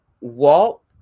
Walt